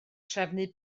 trefnu